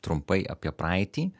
trumpai apie praeitį